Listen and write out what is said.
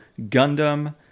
Gundam